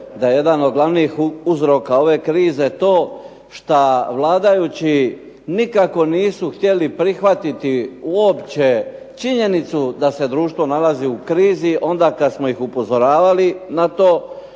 da je jedan od glavnih uzroka ove krize to što Vladajući nikako nisu htjeli prihvatiti uopće činjenicu da se društvo nalazi u krizi onda kad smo iz upozoravali na to.